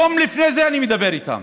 יום לפני זה אני מדבר איתם.